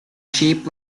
shaped